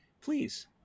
please